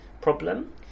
problem